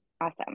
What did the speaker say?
Awesome